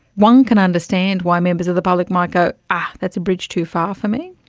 one can understand why members of the public might go that's a bridge too far for me.